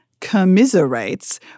commiserates